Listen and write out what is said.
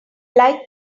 like